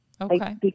Okay